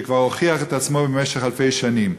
שכבר הוכיח את עצמו במשך אלפי שנים.